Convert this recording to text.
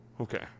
Okay